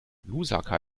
lusaka